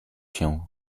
się